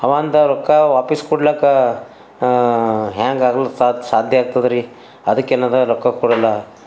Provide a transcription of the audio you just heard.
ಅವ ಅಂದ ರೊಕ್ಕ ವಾಪಾಸ್ಸು ಕೊಡ್ಲಿಕ್ಕೆ ಹ್ಯಾಂಗ ಆಗಲು ಸಾಧ್ಯ ಆಗ್ತದ್ರೀ ಅದಕ್ಕೆ ಏನಂದ ರೊಕ್ಕ ಕೊಡೋಲ್ಲ